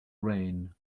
rain